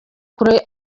kure